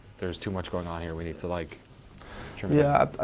there's too much going on here. we need to like yeah, ah